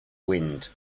wind